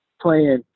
playing